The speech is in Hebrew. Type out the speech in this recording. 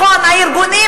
כשנשים